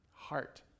heart